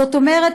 זאת אומרת,